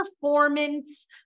performance